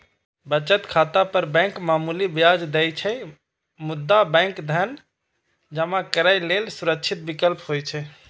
बचत खाता पर बैंक मामूली ब्याज दै छै, मुदा बैंक धन जमा करै लेल सुरक्षित विकल्प होइ छै